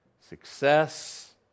success